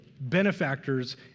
benefactors